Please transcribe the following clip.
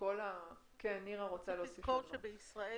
צריך לזכור שבישראל,